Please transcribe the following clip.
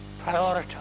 Prioritize